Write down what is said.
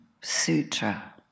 sutra